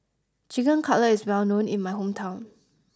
Chicken Cutlet is well known in my hometown